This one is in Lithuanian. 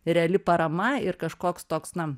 reali parama ir kažkoks toks na